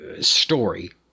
story